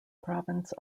province